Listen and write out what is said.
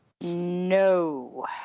no